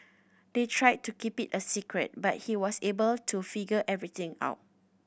they tried to keep it a secret but he was able to figure everything out